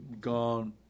gone